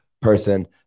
person